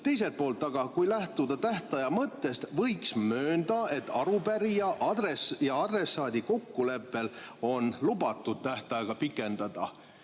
teiselt poolt aga, kui lähtuda tähtaja mõttest, võiks möönda, et arupärija ja adressaadi kokkuleppel on lubatud tähtaega pikendada.